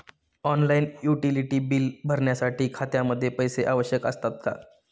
Online utility बिले भरण्यासाठी खात्यामध्ये पैसे आवश्यक असतात का?